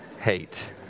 hate